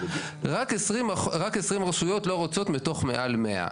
רק 20 רשויות לא רוצות מתוך מעל 100,